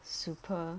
super